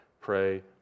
Pray